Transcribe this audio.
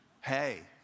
Hey